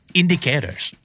indicators